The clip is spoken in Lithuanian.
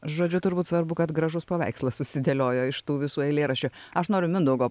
žodžiu turbūt svarbu kad gražus paveikslas susidėliojo iš tų visų eilėraščių aš noriu mindaugo